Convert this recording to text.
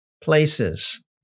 places